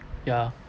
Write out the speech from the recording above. ya